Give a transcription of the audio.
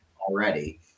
already